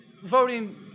Voting